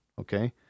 Okay